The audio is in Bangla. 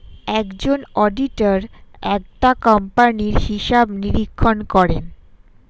একজন অডিটর একটা কোম্পানির হিসাব নিরীক্ষণ করেন